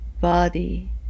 body